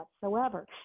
whatsoever